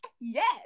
Yes